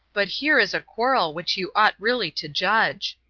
but here is a quarrel which you ought really to judge.